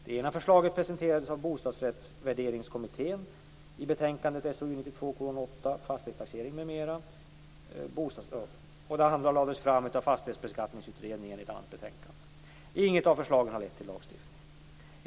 Det ena förslaget presenterades av Bostadsrättsvärderingskommittén i betänkandet SOU 1992:8, Fastighetstaxering m.m., och det andra lades fram av Fastighetsbeskattningsutredningen i ett annat betänkande. Inget av förslagen har lett till lagstiftning.